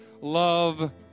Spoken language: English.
love